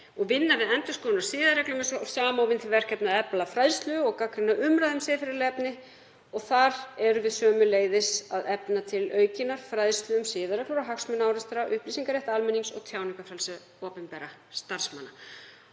Vinna við endurskoðun á siðareglum er svo samofin því verkefni að efla fræðslu og gagnrýna umræðu um siðferðileg efni. Þar erum við sömuleiðis að efna til aukinnar fræðslu um siðareglur og hagsmunaárekstra, upplýsingarétt almennings og tjáningarfrelsi opinberra starfsmanna.